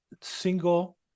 single